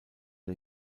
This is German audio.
der